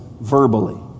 verbally